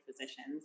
physicians